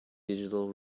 digital